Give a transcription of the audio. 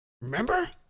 remember